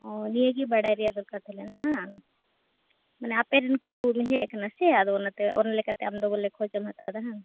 ᱚ ᱱᱤᱭᱟᱹᱜᱮ ᱵᱟᱲᱟᱭ ᱨᱮᱱᱟᱜ ᱫᱚᱨᱠᱟᱨ ᱛᱟᱦᱮᱸ ᱠᱟᱱᱟ ᱵᱟᱝ ᱢᱟᱱᱮ ᱟᱯᱮ ᱨᱮᱱ ᱠᱚ ᱦᱮᱡ ᱟᱠᱟᱱᱟ ᱥᱮ ᱟᱫᱚ ᱚᱱᱟᱛᱮ ᱚᱱᱟ ᱞᱮᱠᱟᱛᱮ ᱟᱢᱫᱚ ᱵᱚᱞᱮ ᱠᱷᱚᱡ ᱮᱢ ᱦᱟᱛᱟᱣ ᱮᱫᱟ ᱵᱟᱝ